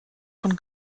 von